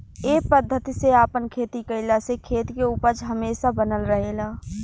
ए पद्धति से आपन खेती कईला से खेत के उपज हमेशा बनल रहेला